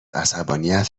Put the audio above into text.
عصبانیت